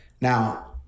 now